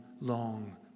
long